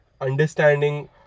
understanding